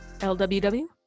L-W-W